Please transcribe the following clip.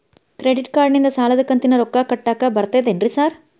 Credit ಕಾರ್ಡನಿಂದ ಸಾಲದ ಕಂತಿನ ರೊಕ್ಕಾ ಕಟ್ಟಾಕ್ ಬರ್ತಾದೇನ್ರಿ ಸಾರ್?